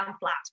flat